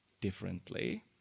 differently